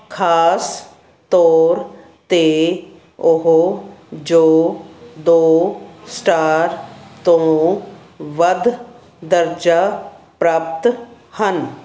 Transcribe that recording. ਖ਼ਾਸ ਤੌਰ 'ਤੇ ਉਹ ਜੋ ਦੋ ਸਟਾਰ ਤੋਂ ਵੱਧ ਦਰਜਾ ਪ੍ਰਾਪਤ ਹਨ